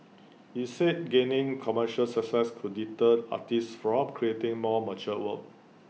he said gaining commercial success could deter artists from creating more mature work